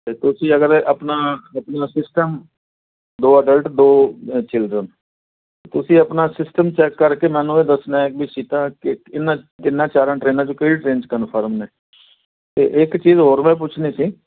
ਅਤੇ ਤੁਸੀਂ ਅਗਰ ਆਪਣਾ ਆਪਣਾ ਸਿਸਟਮ ਦੋ ਅਡਲਟ ਦੋ ਚਿਲਡਰਨ ਤੁਸੀਂ ਆਪਣਾ ਸਿਸਟਮ ਚੈੱਕ ਕਰਕੇ ਮੈਨੂੰ ਇਹ ਦੱਸਣਾ ਵੀ ਸੀਟਾਂ ਕ ਇਹਨਾ ਤਿੰਨਾਂ ਚਾਰਾਂ ਟਰੇਨਾਂ 'ਚੋਂ ਕਿਹੜੀ ਟਰੇਨ 'ਚ ਕੰਨਫਰਮ ਨੇ ਅਤੇ ਇੱਕ ਚੀਜ਼ ਹੋਰ ਮੈਂ ਪੁੱਛਣੀ ਸੀ